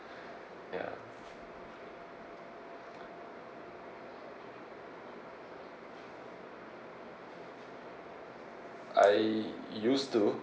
ya I used to